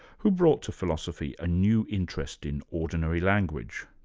who brought to philosophy a new interest in ordinary language.